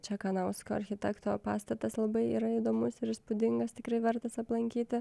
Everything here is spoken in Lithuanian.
čekanausko architekto pastatas labai yra įdomus ir įspūdingas tikrai vertas aplankyti